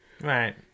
Right